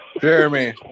Jeremy